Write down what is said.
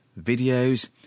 videos